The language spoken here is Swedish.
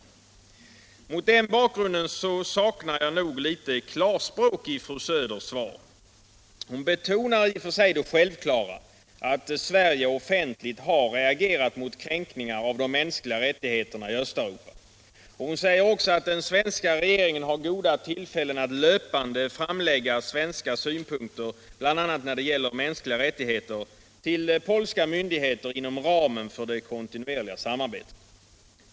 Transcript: Mot den bakgrunden saknar jag klarspråk i fru Söders svar. Hon betonar det i och för sig självklara, att Sverige offentligt har reagerat mot kränkningar av de mänskliga rättigheterna i Östeuropa. Hon säger också att den svenska regeringen har goda tillfällen att löpande framlägga svenska synpunkter, bl.a. när det gäller mänskliga rättigheter, till polska myndigheter inom ramen för det kontinuerliga samarbetet.